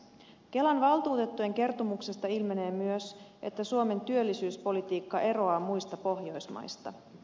kelan valtuutettujen kertomuksesta ilmenee myös että suomen työllisyyspolitiikka eroaa muista pohjoismaista